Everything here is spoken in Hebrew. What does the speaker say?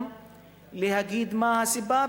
אגיד מה הסיבה.